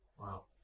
Wow